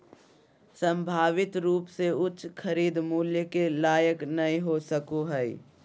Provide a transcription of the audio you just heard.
संभावित रूप से उच्च खरीद मूल्य के लायक नय हो सको हइ